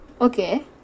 Okay